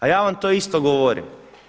A ja vam to isto govorim.